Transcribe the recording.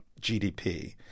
GDP